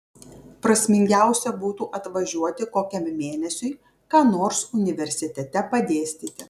prasmingiausia būtų atvažiuoti kokiam mėnesiui ką nors universitete padėstyti